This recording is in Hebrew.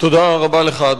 תודה רבה לך.